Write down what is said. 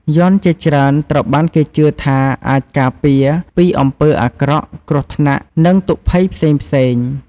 យ័ន្តជាច្រើនត្រូវបានគេជឿថាអាចការពារពីអំពើអាក្រក់ គ្រោះថ្នាក់ និងទុក្ខភ័យផ្សេងៗ។